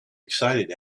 excited